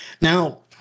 Now